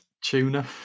tuna